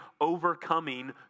overcoming